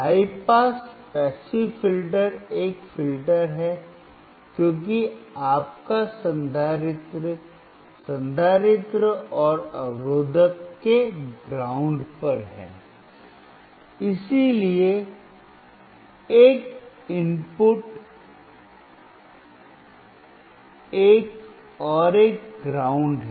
high pass passive filter एक filter है क्योंकि आप का संधारित्र संधारित्र और अवरोधक के ग्राउंड पर है इसलिए एक इनपुट एक और एक ग्राउंड है